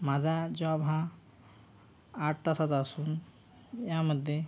माझा जॉब हा आठ तासाचा असून यामध्ये